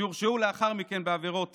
שהורשעו לאחר מכן בעבירות טרור.